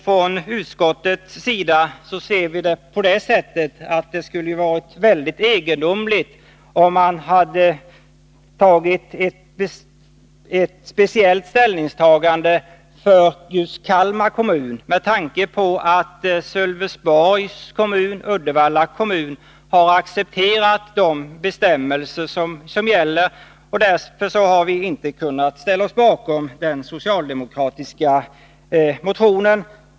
Från utskottets sida anser vi att det skulle ha varit väldigt egendomligt om man hade gjort ett ställningstagande speciellt för Kalmar kommun, med tanke på att Sölvesborgs och Uddevalla kommuner har accepterat de bestämmelser som gäller. Således har vi inte kunnat ställa oss bakom den socialdemokratiska motionen.